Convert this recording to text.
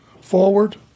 forward